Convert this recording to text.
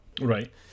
right